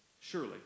surely